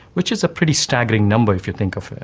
which is a pretty staggering number if you think of it.